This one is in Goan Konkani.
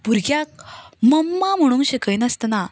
भुरग्यांक मम्मा म्हणूंक शिकय नासतना